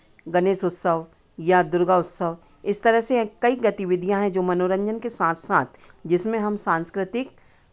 गणेश उत्सव या दुर्गा उत्सव इस तरह से कई गतिविधियाँ हैं जो मनोरंजन के साथ साथ जिसमें हम सांस्कृतिक